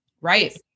Right